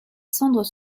cendres